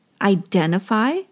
identify